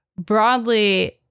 broadly